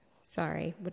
Sorry